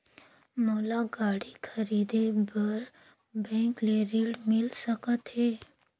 मोला गाड़ी खरीदे बार बैंक ले ऋण मिल सकथे?